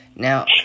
Now